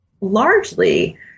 largely